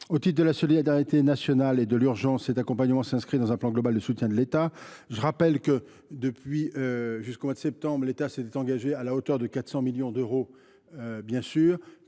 Au titre de la solidarité nationale et de l’urgence, cet accompagnement s’inscrit dans un plan global de soutien de l’État. Je rappelle que, jusqu’au mois de septembre dernier, l’État s’était engagé à la hauteur de 400 millions d’euros, qu’un